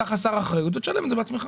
אתה חסר אחריות, לכן תשלם את זה בעצמך.